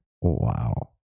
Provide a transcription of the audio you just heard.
Wow